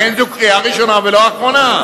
לכן זו קריאה ראשונה ולא אחרונה.